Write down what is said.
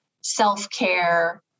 self-care